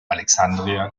alexandria